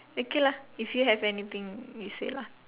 okay lah if you have anything you say lah